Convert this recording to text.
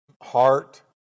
heart